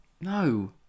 No